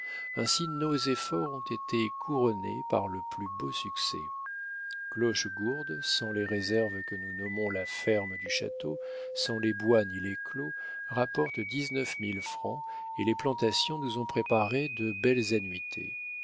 ainsi nos efforts ont été couronnés par le plus beau succès clochegourde sans les réserves que nous nommons la ferme du château sans les bois ni les clos rapporte dix-neuf mille francs et les plantations nous ont préparé de belles